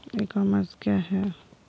ई commerce क्या है?